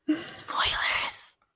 Spoilers